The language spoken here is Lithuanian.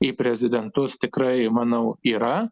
į prezidentus tikrai manau yra